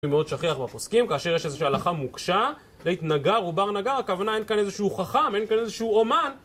זה מאוד שכיח בפוסקים, כאשר יש איזושהי הלכה מוקשה, בית נגר ובר נגר, הכוונה אין כאן איזשהו חכם, אין כאן איזשהו אומן